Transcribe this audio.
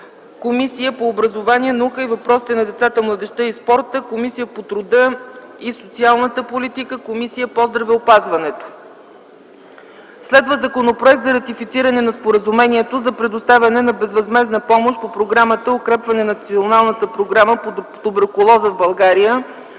Комисията по образованието, науката и въпросите на децата, младежта и спорта, Комисията по труда и социалната политика и Комисията по здравеопазването. Следва Законопроект за ратифициране на Споразумението за предоставяне на безвъзмездна помощ по Програмата „Укрепване на Националната програма по туберкулоза в България”